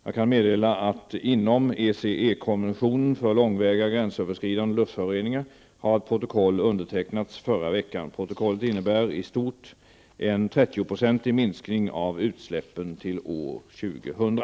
Jag kan meddela att inom ECE-konventionen för långväga gränsöverskridande luftföroreningar har ett protokoll undertecknats förra veckan. Protokollet innebär i stort en 30-procentig minskning av utsläppen till år 2000.